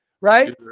right